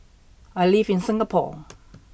I live in Singapore